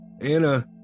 Anna